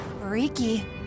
Freaky